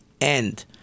end